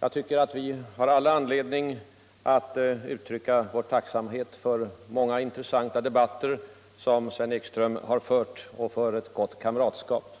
Jag tycker att vi har all anledning att uttrycka vår tacksamhet för många intressanta debatter som Sven Ekström har fört och för ett gott kamratskap.